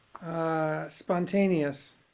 Spontaneous